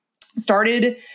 started